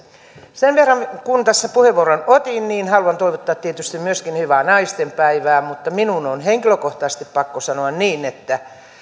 sen verran kun kun tässä puheenvuoron otin haluan toivottaa tietysti myöskin hyvää naistenpäivää mutta minun on henkilökohtaisesti pakko sanoa niin että